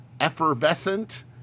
effervescent